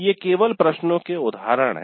ये केवल प्रश्नों के उदाहरण हैं